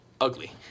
ugly